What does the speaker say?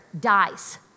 dies